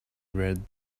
read